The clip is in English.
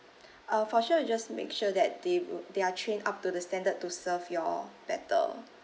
uh for sure we just make sure that they they are train up to the standard to serve you all better